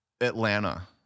Atlanta